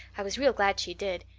i was real glad she did.